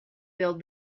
build